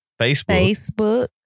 Facebook